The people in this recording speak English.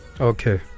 okay